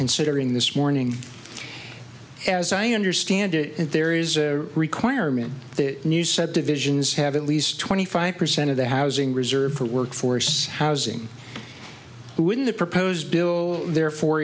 considering this morning as i understand it there is a requirement that new subdivisions have at least twenty five percent of the housing reserved for workforce housing who in the proposed bill therefore